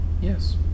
Yes